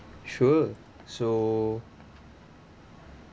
sure so